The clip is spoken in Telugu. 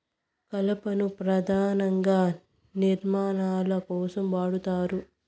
కలపను పధానంగా నిర్మాణాల కోసం వాడతారు